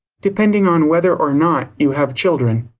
depending on whether or not you have children.